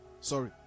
sorry